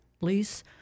lease